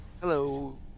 hello